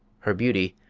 her beauty,